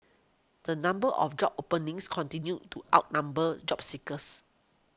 the number of job openings continued to outnumber job seekers